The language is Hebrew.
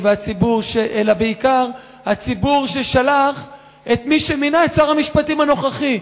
אלא בעיקר הציבור ששלח את מי שמינה את שר המשפטים הנוכחי,